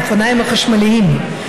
האופניים החשמליים,